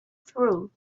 through